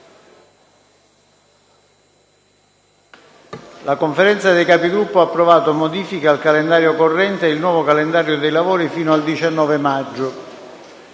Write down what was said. La Conferenza dei Capigruppo ha approvato modifiche al calendario corrente e il nuovo calendario dei lavori fino al 19 maggio.